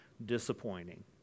disappointing